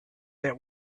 that